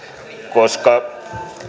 koska